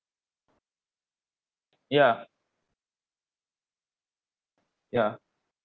ya ya